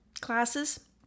classes